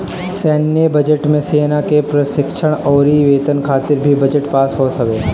सैन्य बजट मे सेना के प्रशिक्षण अउरी वेतन खातिर भी बजट पास होत हवे